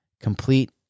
complete